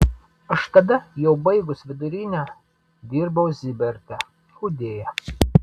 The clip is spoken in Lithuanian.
aš tada jau baigus vidurinę dirbau ziberte audėja